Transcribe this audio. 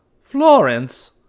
Florence